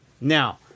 Now